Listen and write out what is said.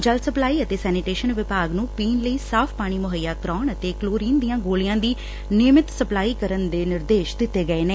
ਜਲ ਸਪਲਾਈ ਅਤੇ ਸੈਨੀਟੇਸ਼ਨ ਵਿਭਾਗ ਨੰ ਪੀਣ ਲਈ ਸਾਫ ਪਾਣੀ ਮੁਹੱਈਆ ਕਰਵਾਉਣ ਅਤੇ ਕਲੋਰੀਨ ਦੀਆਂ ਗੋਲੀਆਂ ਦੀ ਨਿਯਮਤ ਸਪਲਾਈ ਕਰਨ ਦੇ ਨਿਰਦੇਸ਼ ਦਿੱਤੇ ਗਏ ਨੇ